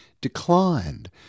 declined